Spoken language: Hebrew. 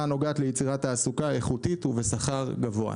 הנוגעת ליצירת תעסוקה איכותית ובשכר גבוה.